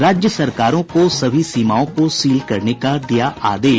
राज्य सरकारों को सभी सीमाओं को सील करने का दिया आदेश